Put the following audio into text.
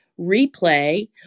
replay